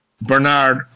Bernard